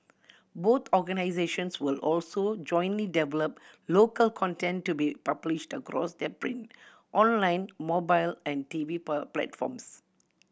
both organisations will also jointly develop local content to be published across their print online mobile and TV platforms